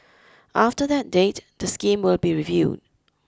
after that date the scheme will be reviewed